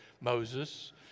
Moses